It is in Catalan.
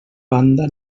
banda